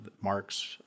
Mark's